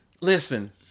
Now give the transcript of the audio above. Listen